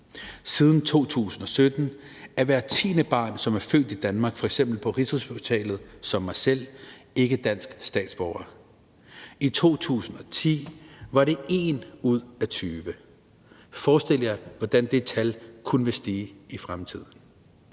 Siden 2017 er hvert tiende barn, som er født i Danmark – f.eks. på Rigshospitalet som jeg selv – ikke dansk statsborger. I 2010 var det en ud af tyve. Forestil jer, hvordan det tal kun vil stige i fremtiden.